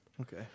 Okay